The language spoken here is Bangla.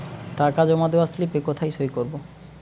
টাকা জমা দেওয়ার স্লিপে কোথায় সই করব?